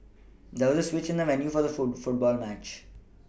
there was a switch in the venue for the foot football match